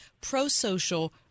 pro-social